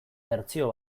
bertsio